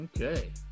Okay